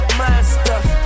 monster